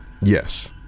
Yes